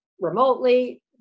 remotely